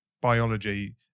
biology